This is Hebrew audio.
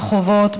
ברחובות,